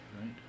right